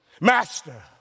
Master